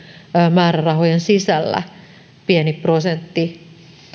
määrärahojen sisällä pieni prosentti